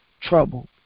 Trouble